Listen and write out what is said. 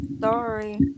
Sorry